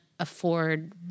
afford